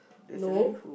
no